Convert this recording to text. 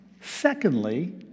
Secondly